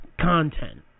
content